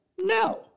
No